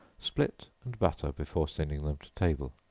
split and butter before sending them to table.